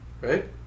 Right